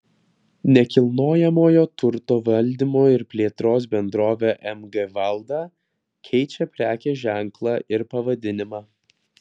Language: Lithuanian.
nekilnojamojo turto valdymo ir plėtros bendrovė mg valda keičia prekės ženklą ir pavadinimą